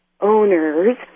owners